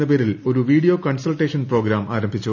എന്നപേരിൽ ഒരു video consultation programme ആരംഭിച്ചു